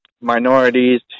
minorities